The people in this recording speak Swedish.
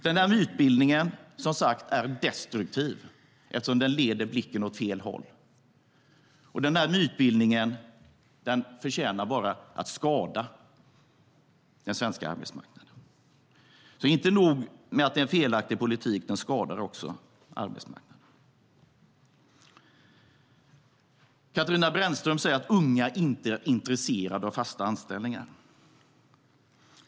Den där mytbildningen är som sagt destruktiv, eftersom den leder blicken åt fel håll. Den där mytbildningen tjänar bara till att skada den svenska arbetsmarknaden. Inte nog med att det är en felaktig politik, den skadar också arbetsmarknaden. Katarina Brännström säger att unga inte är intresserade av fasta anställningar.